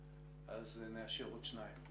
אז נאשר עוד שניים.